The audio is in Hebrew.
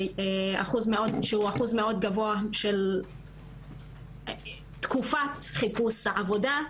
שהוא אחוז מאוד גבוה של תקופת חיפוש העבודה.